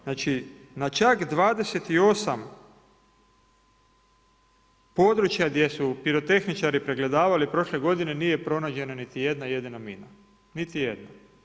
Znači na čak 28 područja gdje su pirotehničari pregledavali prošle godine nije pronađena niti jedna jedina mina, niti jedna.